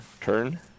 turn